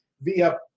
via